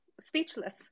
speechless